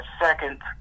second